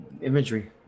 imagery